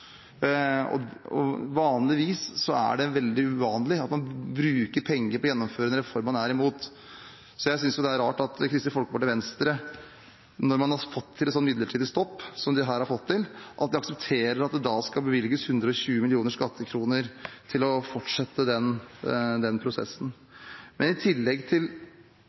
man er imot, så jeg synes jo det er rart at Kristelig Folkeparti og Venstre, når man har fått til en sånn midlertidig stopp som de her har fått til, aksepterer at det skal bevilges 120 millioner skattekroner til å fortsette den prosessen. Men i tillegg til